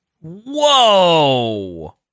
Whoa